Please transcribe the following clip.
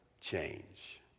change